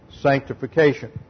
sanctification